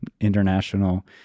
international